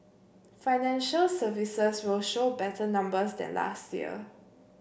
financial services will show better numbers than last year